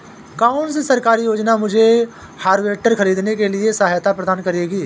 कौन सी सरकारी योजना मुझे हार्वेस्टर ख़रीदने में सहायता प्रदान करेगी?